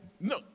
No